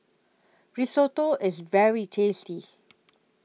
Risotto IS very tasty